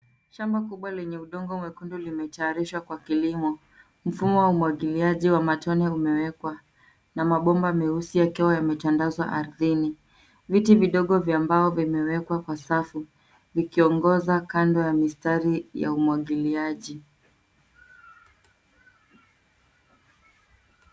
Shamba kubwa lenye udongo mwekundu limetayarishwa Kwa kilimo. Mfumo wa umwagiliaji wa matone umewekwa na mabomba meusi yakiwa yametandazwa ardhini. Miti midogo vya mbao vimewekwa Kwa safu vikiongoza kando ya mistari ya umwagiliaji.